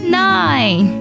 nine